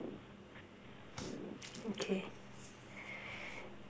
okay